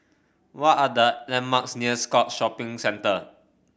what are the landmarks near Scotts Shopping Centre